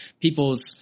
people's